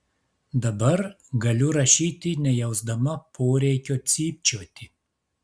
dabar galiu rašyti nejausdama poreikio cypčioti